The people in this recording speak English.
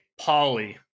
Polly